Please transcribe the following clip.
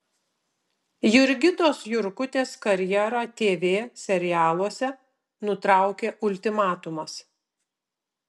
jurgitos jurkutės karjerą tv serialuose nutraukė ultimatumas